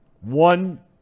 One